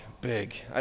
Big